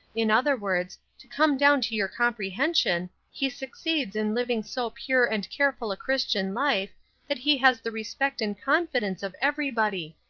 in other words, to come down to your comprehension, he succeeds in living so pure and careful a christian life that he has the respect and confidence of everybody.